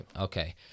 okay